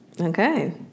Okay